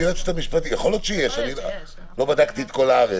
יכול להיות שיש, לא בדקתי את כל הארץ.